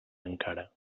encara